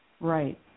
Right